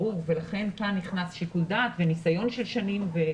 לכן כאן נכנס שיקול דעת וניסיון של שנים.